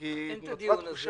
גמרנו.